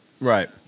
right